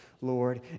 Lord